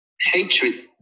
Hatred